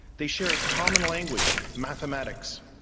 they share a common language mathematics.